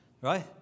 right